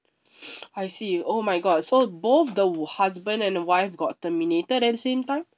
I see oh my god so both the w~ husband and wife got terminated at the same time